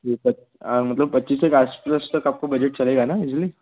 ठीक है मतलब पच्चीस तक आस पास तक आपका बजट चलेगा ना ईजिली